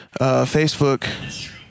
Facebook